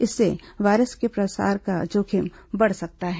इससे वायरस के प्रसार का जोखिम भी बढ़ सकता है